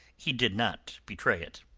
he did not betray it.